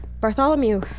Bartholomew